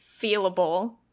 Feelable